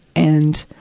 and,